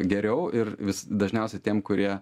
geriau ir vis dažniausiai tiem kurie